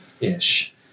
Ish